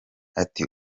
ati